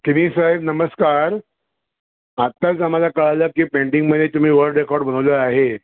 किणी साहेब नमस्कार आत्ताच आम्हाला कळालं की पेंटिंगमध्ये तुम्ही वर्ल्ड रेकॉर्ड बनवले आहे